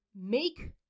make